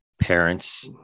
Parents